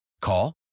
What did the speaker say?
Call